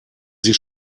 sie